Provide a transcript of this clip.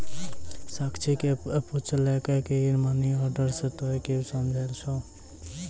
साक्षी ने पुछलकै की मनी ऑर्डर से तोंए की समझै छौ